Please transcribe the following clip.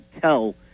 tell